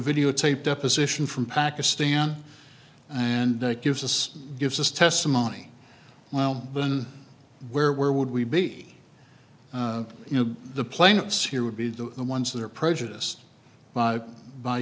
videotaped deposition from pakistan and gives us gives us testimony than where where would we be you know the plaintiffs here would be the ones that are prejudiced by